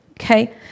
okay